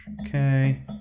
Okay